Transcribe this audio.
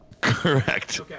Correct